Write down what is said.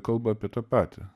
kalba apie tą patį